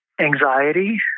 anxiety